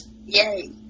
Yay